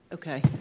Okay